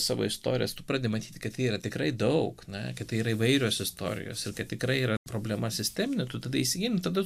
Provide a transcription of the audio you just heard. savo istorijas tu pradedi matyti kad yra tikrai daug na tai yra įvairios istorijos ir tikrai yra problema sisteminė tu tada įsigilini tada